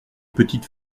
petites